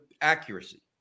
accuracy